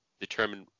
determine